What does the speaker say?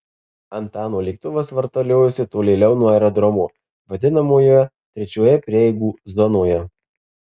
antano lėktuvas vartaliojosi tolėliau nuo aerodromo vadinamoje trečioje prieigų zonoje